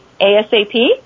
ASAP